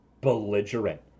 belligerent